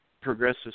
progressive